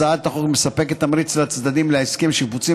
הצעת החוק מספקת תמריץ לצדדים להסכם שיפוצים